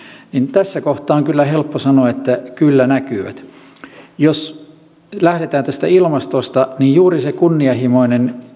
tässä kohtaa on helppo sanoa että kyllä näkyy jos lähdetään tästä ilmastosta niin juuri se kunnianhimoinen